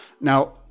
Now